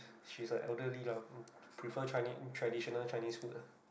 she is like elderly lah prefer Chinese traditional Chinese food ah